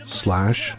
slash